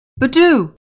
Badoo